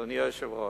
אדוני היושב-ראש,